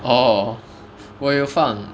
orh 我有放